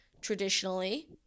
Traditionally